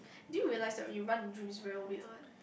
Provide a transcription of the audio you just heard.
do you realise that when you run in dreams is very weird one